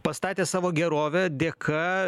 pastatė savo gerovę dėka